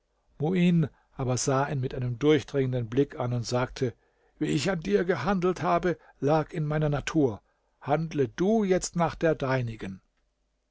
muin aber sah ihn mit einem durchdringenden blick an und sagte wie ich an dir gehandelt habe lag in meiner natur handle du jetzt nach der deinigen